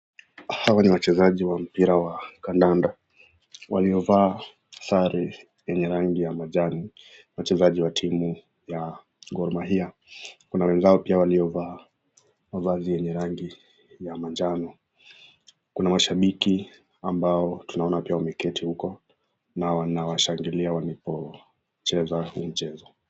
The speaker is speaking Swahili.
Hawa ni wachezaji wa mpira wa kandanda, waliovaa sare yenye rangi ya majani. Wachezaji wa timu ya Gor Mahia, kuna wenzao pia waliovaa mavazi yenye rangi ya manjano, kuna mashabiki ambao tunaona pia wameketi huko na wanawashangilia walipocheza huu mchezo.